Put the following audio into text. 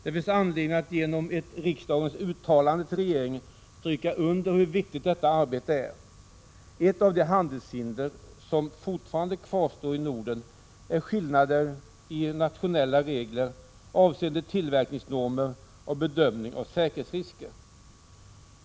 Det finns anledning att genom ett riksdagens uttalande till regeringen understryka hur viktigt detta arbete är. Ett av de handelshinder som fortfarande kvarstår i Norden är skillnaderna i nationella regler avseende tillverkningsnormer och bedömning av säkerhetsrisker.